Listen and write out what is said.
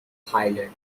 pilot